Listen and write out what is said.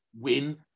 win